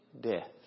death